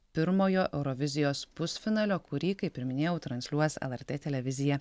pirmojo eurovizijos pusfinalio kurį kaip ir minėjau transliuos lrt televizija